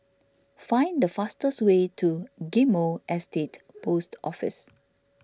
find the fastest way to Ghim Moh Estate Post Office